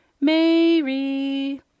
Mary